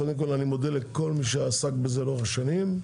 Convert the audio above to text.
קודם כל אני מודה לכל מי שעסק בזה לאורך השנים,